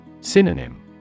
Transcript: Synonym